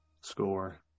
score